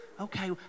Okay